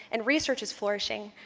and research is flourishing,